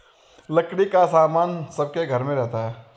लकड़ी का सामान सबके घर में रहता है